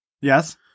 Yes